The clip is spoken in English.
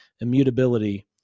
immutability